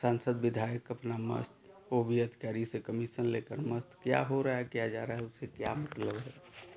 सांसद विधायक अपना मस्त वह भी अधिकारी से कमीसन लेकर मस्त क्या हो रहा है क्या जा रहा है क्या मतलब है